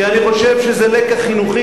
ואני חושב שזה לקח חינוכי.